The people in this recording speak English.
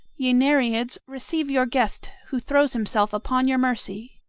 ye nereids, receive your guest, who throws himself upon your mercy!